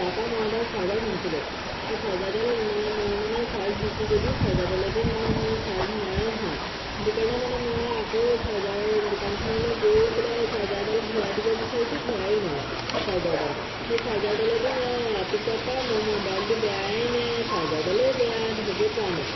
তাৰপৰা মই এডাল চাৰ্জাৰ কিনিছিলো সেই চাৰ্জাৰডাল মানে মোৰ মানে চাৰ্জ দিছোঁ যদিও চাৰ্জাৰডালে দি মানে মোৰ চাৰ্জ নাই হোৱা সেইটো কাৰণে মানে মই আকৌ চাৰ্জাৰ দোকানখনলৈ গৈ পেলাই চাৰ্জাৰডাল ঘূৰাই দিব বিচাৰিছোঁ ঘূৰাইয়ো নলয় চাৰ্জাৰডাল সেই চাৰ্জাৰডালে দি মই ৰাতিপুৱা পৰা মোৰ মবাইলটো বেয়াই নে চাৰ্জাৰডালেই বেয়া ধৰিব পৰা নাই